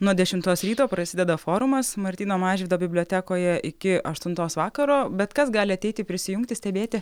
nuo dešimtos ryto prasideda forumas martyno mažvydo bibliotekoje iki aštuntos vakaro bet kas gali ateiti prisijungti stebėti